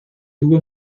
tuvo